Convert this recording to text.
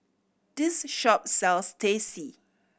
this shop sells Teh C